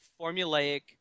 formulaic